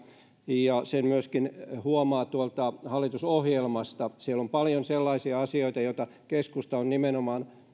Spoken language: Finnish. ja sen myöskin huomaa tuolta hallitusohjelmasta siellä on paljon sellaisia asioita joita keskusta on nimenomaan